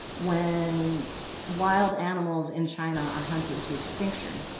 when wild animals in china are hunted to extinction,